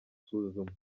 gusuzumwa